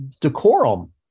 decorum